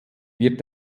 wird